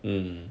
mm